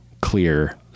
clear